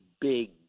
big